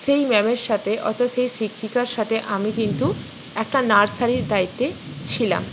সেই ম্যামের সাথে অর্থাৎ সেই শিক্ষিকার সাথে আমি কিন্তু একটা নার্সারির দায়িত্বে ছিলাম